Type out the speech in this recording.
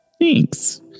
Thanks